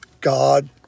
God